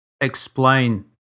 explain